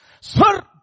Sir